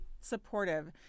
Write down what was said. supportive